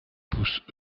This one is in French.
poussent